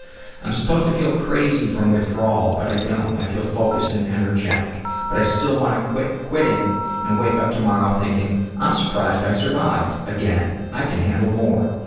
i'm supposed to feel crazy from withdrawal but i don't. i feel focused and energetic but i still want to quit quitting and wake up tomorrow thinking i'm surprised i survived, again. i can handle more.